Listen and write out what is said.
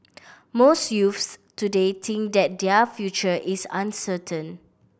most youths today think that their future is uncertain